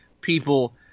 people